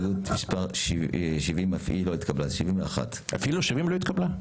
הצבעה ההסתייגות לא נתקבלה ההסתייגות לא התקבלה.